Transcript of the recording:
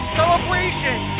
celebration